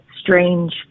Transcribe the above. strange